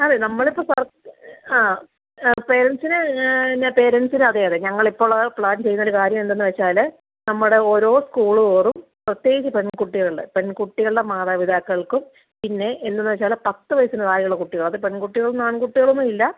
അതെ നമ്മളിപ്പോൾ കുറച്ച് ആ എ പേരൻറ്റ്സിന് ന്ന പേരൻറ്റ്സിന് അതെ അതെ ഞങ്ങളിപ്പം ഉള്ളത് പ്ലാൻ ചെയ്യുന്ന ഒരു കാര്യം എന്തെന്ന് വെച്ചാൽ നമ്മുടെ ഓരോ സ്കൂൾ തോറും പ്രത്യേകിച്ച് പെൺകുട്ടികളുടെ പെൺകുട്ടികളുടെ മാതാപിതാക്കൾക്കും പിന്നെ എന്തെന്ന് വെച്ചാൽ പത്ത് വയസ്സിന് താഴെയുള്ള കുട്ടികൾ അത് പെൺകുട്ടികളെന്നോ ആൺകുട്ടികളെന്നോയില്ല